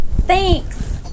Thanks